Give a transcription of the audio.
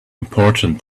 important